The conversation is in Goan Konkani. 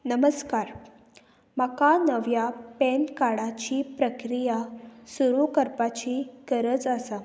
नमस्कार म्हाका नव्या पॅन कार्डाची प्रक्रिया सुरू करपाची गरज आसा